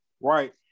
right